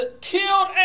killed